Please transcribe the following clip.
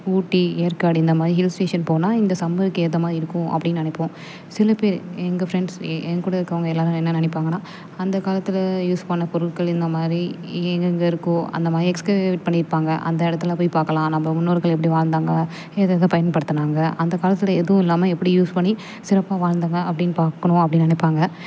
ஊட்டி ஏற்காடு இந்த மாதிரி hill station போனால் இந்த சம்மர்க்கு ஏற்ற மாதிரி இருக்கும் அப்படின்னு நினைப்போம் சில பேர் எங்கள் ஃப்ரெண்ட்ஸ் எ என்கூட இருக்கிறவங்க எல்லோரும் என்ன நினைப்பாங்கன்னா அந்த காலத்தில் யூஸ் பண்ண பொருள்கள் இந்த மாதிரி எங்கெங்க இருக்கோ அந்த மாதிரி பண்ணியிருப்பாங்க அந்த இடத்துல போய் பார்க்கலாம் நம்ம முன்னோர்கள் எப்படி வாழ்ந்தாங்க ஏதேதோ பயன்படுத்தினாங்க அந்த காலத்தில் எதுவும் இல்லாமல் எப்படி யூஸ் பண்ணி சிறப்பாக வாழ்ந்தாங்க அப்படின்னு பார்க்கணும் அப்படின்னு நினைப்பாங்க